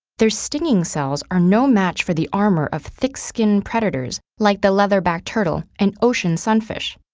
their stinging cells are no match for the armor of thick-skin predators, like the leatherback turtle and ocean sunfish.